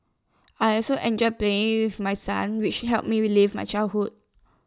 I also enjoy playing with my sons which have me relive my childhood